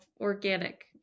organic